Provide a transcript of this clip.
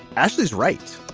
ashley's right.